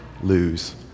lose